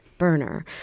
burner